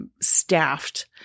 staffed